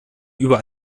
über